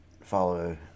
Follow